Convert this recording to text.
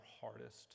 hardest